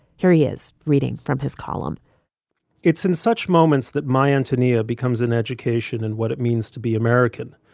here he is reading from his column it's in such moments that my antonia becomes an education and what it means to be american,